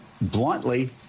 bluntly